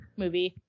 movie